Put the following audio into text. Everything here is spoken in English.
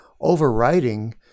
overriding